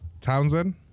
townsend